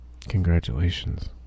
Congratulations